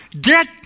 Get